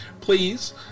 please